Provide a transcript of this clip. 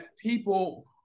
people